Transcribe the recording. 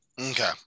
Okay